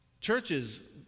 Churches